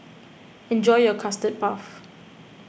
enjoy your Custard Puff